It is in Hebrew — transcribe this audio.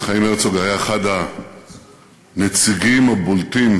חיים הרצוג היה אחד הנציגים הבולטים